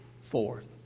Fourth